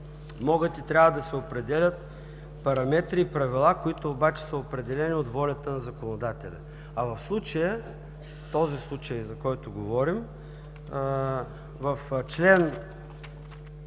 могат и трябва да се определят параметри и правила, които обаче са определени от волята на законодателя. В случая, за който говорим – чл.